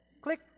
click